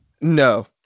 no